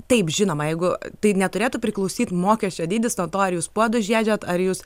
taip žinoma jeigu tai neturėtų priklausyt mokesčio dydis nuo to ar jūs puodus žiedžiat ar jūs